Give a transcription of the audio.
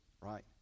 right